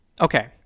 Okay